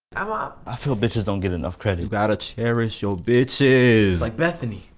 i'm up. i feel bitches don't get enough credit. you got to cherish yo bitches. like bethany.